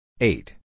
eight